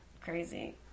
crazy